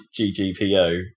GGPO